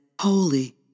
Holy